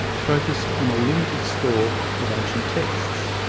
focused on a limited store of ancient texts.